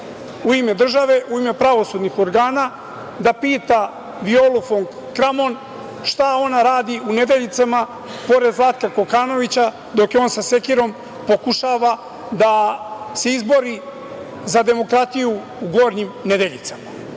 u ime države, u ime pravosudnih organa da pita Violu fon Kramon šta ona radi u Nedeljicama pored Zlatka Kokanovića, dok on sa sekirom pokušava da se izbori za demokratiju u Gornjim Nedeljicama? Da